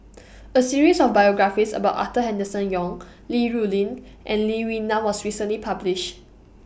A series of biographies about Arthur Henderson Young Li Rulin and Lee Wee Nam was recently published